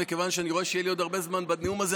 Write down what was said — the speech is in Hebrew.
מכיוון שאני רואה שיהיה לי עוד הרבה זמן בנאום הזה,